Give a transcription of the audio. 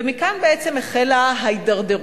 ומכאן בעצם החלה ההידרדרות.